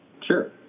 sure